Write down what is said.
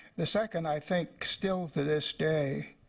the second, i think, still to this day